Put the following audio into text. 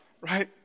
Right